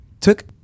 took